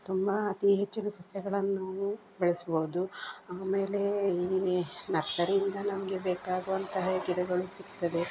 ತುಂಬ ಅತಿ ಹೆಚ್ಚಿನ ಸಸ್ಯಗಳನ್ನು ನಾವು ಬೆಳೆಸ್ಬೌದು ಆಮೇಲೆ ಈ ನರ್ಸರಿಯಿಂದ ನಮಗೆ ಬೇಕಾಗುವಂತಹ ಗಿಡಗಳು ಸಿಗ್ತದೆ